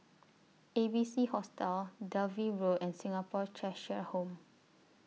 A B C Hostel Dalvey Road and Singapore Cheshire Home